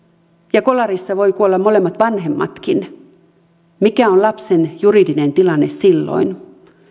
ja kolarissa voivat kuolla molemmat vanhemmatkin mikä on lapsen juridinen tilanne silloin